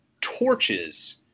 torches